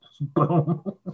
Boom